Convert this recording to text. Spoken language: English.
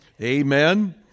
Amen